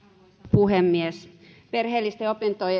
puhemies perheellisten